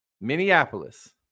Minneapolis